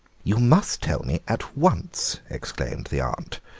you must tell me at once, exclaimed the aunt,